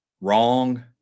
wrong